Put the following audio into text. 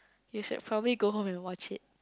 you should probably go home and watch it